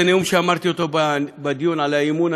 וזה נאום שאמרתי בדיון על האי-אמון,